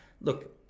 look